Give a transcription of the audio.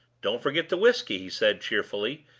don't forget the whisky! he said, cheerfully,